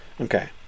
Okay